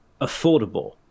affordable